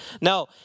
Now